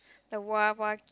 the !wah! !wah!